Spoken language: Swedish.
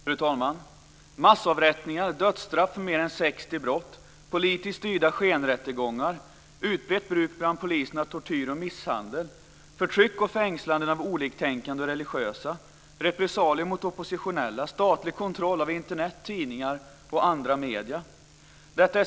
Fru talman! Detta är situationen i Fokrepubliken massavrättningar, dödsstraff för mer än 60 brott, politiskt styrda skenrättegångar, utbrett bruk bland polisen av tortyr och misshandel, förtryck och fängslanden av oliktänkande och religiösa, repressalier mot oppositionella och statlig kontroll av Internet, tidningar och andra medier.